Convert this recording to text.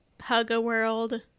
hug-a-world